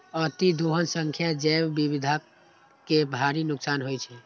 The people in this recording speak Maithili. अतिदोहन सं जैव विविधता कें भारी नुकसान होइ छै